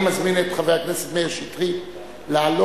אני מזמין את חבר הכנסת מאיר שטרית לעלות